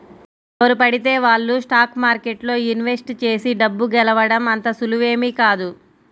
ఎవరు పడితే వాళ్ళు స్టాక్ మార్కెట్లో ఇన్వెస్ట్ చేసి డబ్బు గెలవడం అంత సులువేమీ కాదు